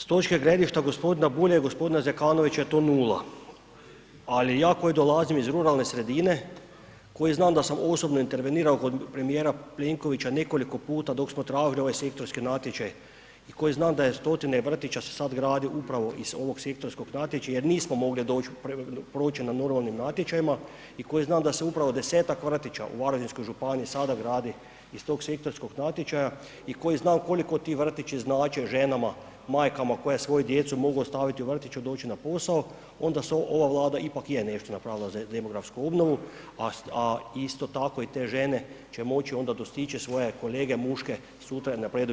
S točke gledišta gospodina Bulja i gospodina Zekanovića je to nula, ali ja koji dolazim iz ruralne sredine, koji znam da sam osobno intervenirao kod premijera Plenkovića nekoliko puta dok smo tražili ove sektorske natječaje i koji znam da je stotine vrtića se sad gradi upravo iz ovog sektorskog natječaja, jer nismo mogli doći, proći na normalnim natječajima, i koji znam da se upravo desetak vrtića u Varaždinskoj županiji sada gradi iz tog sektorskog natječaja, i koji znam koliko ti vrtići znače ženama, majkama koje svoju djecu mogu ostaviti u vrtiću i doći na posao, onda se ova Vlada ipak je nešto napravila za demografsku obnovu, a isto tako i te žene će moći onda dostići svoje kolege muške sutra napredujući na poslu.